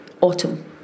autumn